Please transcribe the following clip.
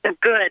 Good